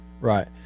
Right